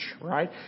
right